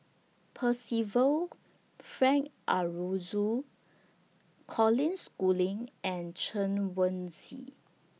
Percival Frank Aroozoo Colin Schooling and Chen Wen Hsi